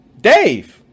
Dave